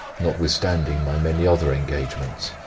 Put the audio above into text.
notwithstanding my many other engagements.